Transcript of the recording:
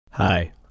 Hi